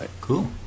Cool